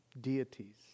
deities